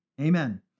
Amen